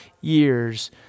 years